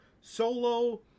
Solo